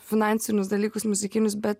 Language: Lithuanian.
finansinius dalykus muzikinius bet